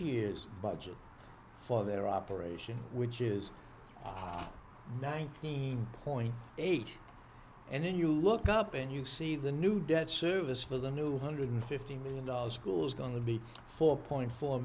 year's budget for their operation which is nineteen point eight and then you look up and you see the new debt service for the new hundred fifty million dollars school is going to be four point four